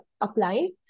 applying